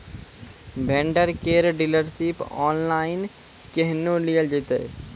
Vendor केर dealership online केहनो लियल जेतै?